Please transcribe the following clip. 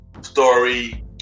story